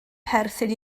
perthyn